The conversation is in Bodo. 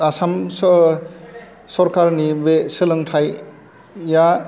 आसाम सो सरकारनि बे सोलोंथाइया